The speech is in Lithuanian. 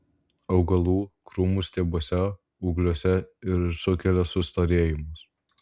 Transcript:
augalų krūmų stiebuose ūgliuose ir sukelia sustorėjimus